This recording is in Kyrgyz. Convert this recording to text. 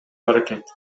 аракет